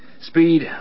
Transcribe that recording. Speed